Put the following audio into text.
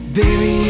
baby